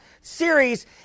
series